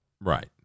Right